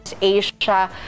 Asia